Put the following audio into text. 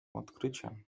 odkryciem